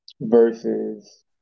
versus